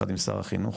יחד עם שר החינוך,